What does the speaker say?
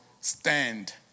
stand